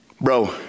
bro